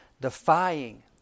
defying